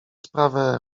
sprawę